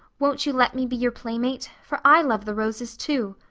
won't you let me be your playmate, for i love the roses too